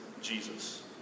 Jesus